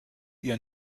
ihr